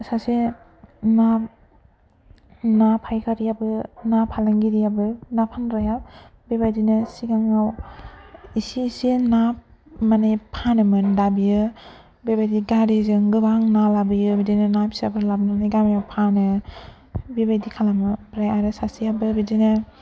सासे ना ना फायखारिआबो ना फालांगिरिआबो फानग्राया बेबायदिनो सिगाङाव एसे एसे ना माने फानोमोन दा बेयो बेबायदि गारिजों गोबां ना लाबोयो बिदिनो ना फिसाफोर लाबोनानै गामियाव फानो बेबायदि खालामो आमफ्राय आरो सासेआबो बिदिनो